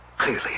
clearly